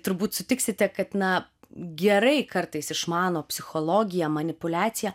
turbūt sutiksite kad na gerai kartais išmano psichologiją manipuliaciją